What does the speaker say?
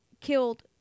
killed